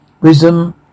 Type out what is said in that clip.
Wisdom